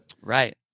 Right